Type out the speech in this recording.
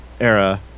era